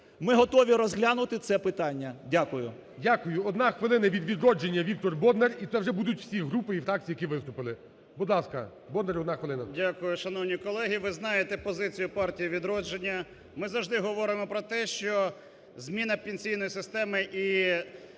ми готові розглянути це питання. Дякую. ГОЛОВУЮЧИЙ. Дякую. Одна хвилина від "Відродження" Віктор Бондар. І це вже будуть всі групи і фракції, які виступили. Будь ласка, Бондар, одна хвилина. 19:29:38 БОНДАР В.В. Дякую. Шановні колеги, ви знаєте позицію "Партії "Відродження", ми завжди говоримо про те, що зміна пенсійної системи і